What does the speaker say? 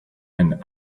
and